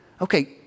okay